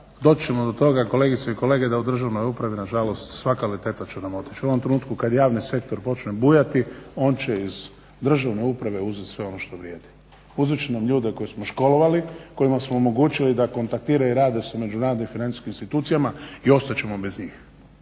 ćemo do toga kolegice i kolege da u državnoj upravi nažalost sva kvaliteta će nam otići. U ovome trenutku kad javni sektor počne bujati on će iz državne uprave uzeti sve ono što vrijedi, uzet će nam ljude koje smo školovali, kojima smo omogući da kontaktiraju i rade sa međunarodnim financijskim institucijama i ostat ćemo bez njih.